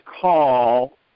call